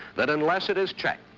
that unless it is checked,